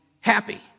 happy